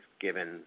given